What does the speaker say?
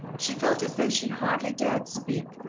she felt as though she hardly dared speak,